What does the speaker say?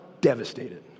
devastated